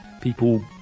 people